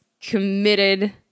committed